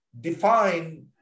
define